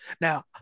Now